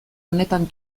honetan